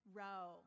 row